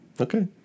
Okay